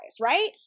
right